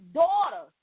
daughter